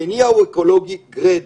המניע הוא אקולוגי גרידא.